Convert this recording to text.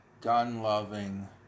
gun-loving